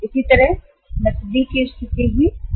इसी तरह नकदी की स्थिति भी प्रभावित होगी